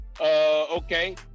Okay